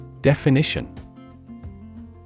Definition